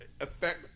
affect